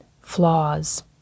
flaws